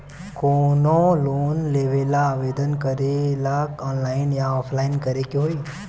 कवनो लोन लेवेंला आवेदन करेला आनलाइन या ऑफलाइन करे के होई?